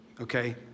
Okay